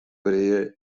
brea